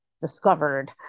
discovered